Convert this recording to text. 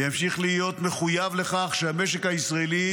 וימשיך להיות מחויב לכך שהמשק הישראלי